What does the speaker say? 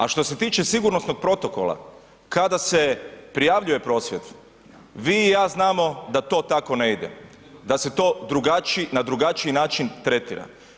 A što se tiče sigurnosnog protokola kada se prijavljuje prosvjed, vi i ja znamo da to tako ne ide, da se to na drugačiji način tretira.